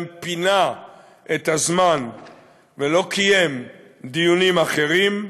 פינה את הזמן ולא קיים דיונים אחרים.